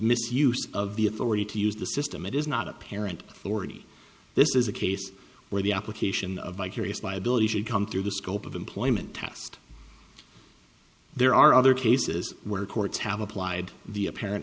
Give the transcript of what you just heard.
misuse of the authority to use the system it is not apparent already this is a case where the application of vicarious liability should come through the scope of employment tast there are other cases where courts have applied the apparent